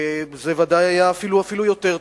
זה היה בוודאי אפילו יותר טוב.